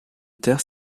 terre